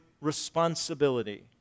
responsibility